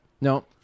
No